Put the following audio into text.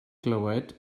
glywed